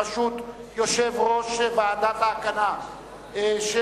משלחת בראשות יושב-ראש ועדת ההגנה של